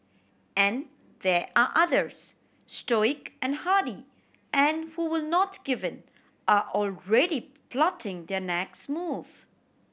and there are others stoic and hardy and who will not give in are already plotting their next move